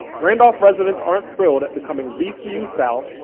randolph residents aren't thrilled at becoming vcu south,